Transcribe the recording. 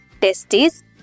testes